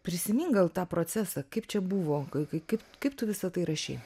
prisimink gal tą procesą kaip čia buvo kai kaip kaip tu visa tai rašei